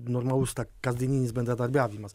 normalus kasdieninis bendradarbiavimas